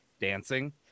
dancing